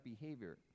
behavior